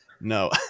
no